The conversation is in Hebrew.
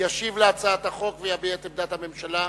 ישיב על הצעת החוק ויביע את עמדת הממשלה.